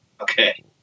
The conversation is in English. Okay